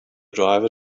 driver